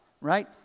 right